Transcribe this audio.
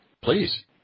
Please